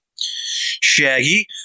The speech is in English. Shaggy